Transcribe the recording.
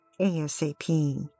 ASAP